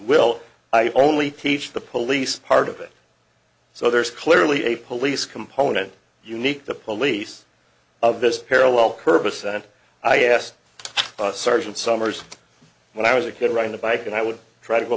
will i only teach the police part of it so there is clearly a police component unique the police of this parallel purpose and i asked sergeant summers when i was a kid riding a bike and i would try to go